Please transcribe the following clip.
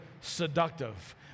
seductive